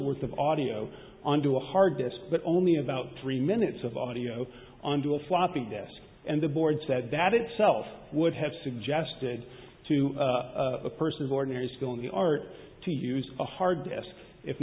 worth of audio onto a hard disk but only about three minutes of audio onto a floppy desk and the board said that itself would have suggested to a person of ordinary skill in the art to use a hard task if